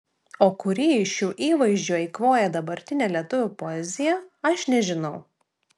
o kurį iš šių įvaizdžių eikvoja dabartinė lietuvių poezija aš nežinau